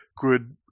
good